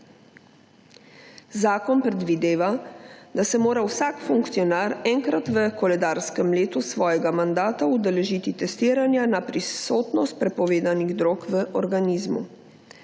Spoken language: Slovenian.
Zakon predvideva, da se mora vsak funkcionar enkrat v koledarskem letu svojega mandata udeležiti testiranja na prisotnost prepovedanih drog v organizmu.